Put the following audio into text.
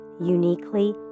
uniquely